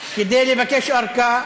כדי לבקש ארכה,